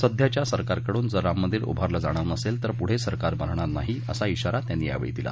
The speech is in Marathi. सध्याच्या सरकारकडून जर राम मंदिर उभारलं जाणार नसेल तर पुढं सरकार बनणार नाही असा इशारा त्यांनी यावेळी दिला